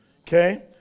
Okay